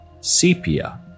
sepia